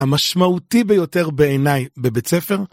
המשמעותי ביותר בעיני בבית ספר